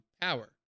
power